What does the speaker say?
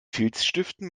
filzstiften